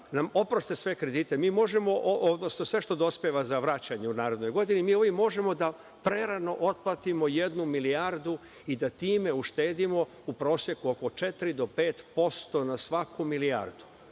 nam oproste sve kredite, odnosno sve što dospeva za vraćanje u narednoj godini mi ovim možemo prerano da otplatimo jednu milijardu i time da uštedimo u proseku oko 4 do 5% na svaku milijardu. Znači,